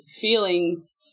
feelings